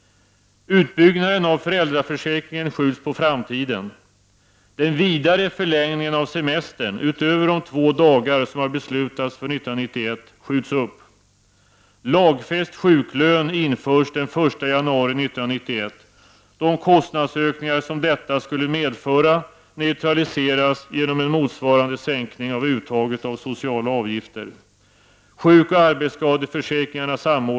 — Den vidare förlängningen av semestern, utöver de två dagar som har beslutats för 1991, skjuts upp. — Lagfäst sjuklön införs den 1 januari 1991. De kostnadsökningar som detta skulle medföra neutraliseras genom en motsvarande sänkning av uttaget av sociala avgifter.